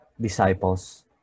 disciples